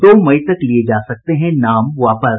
दो मई तक लिये जा सकते हैं नाम वापस